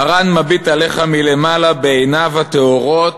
מרן מביט עליך מלמעלה בעיניו הטהורות